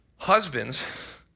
Husbands